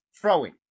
throwing